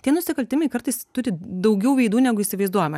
tie nusikaltimai kartais turi daugiau veidų negu įsivaizduojama